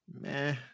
meh